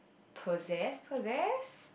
possess possess